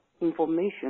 information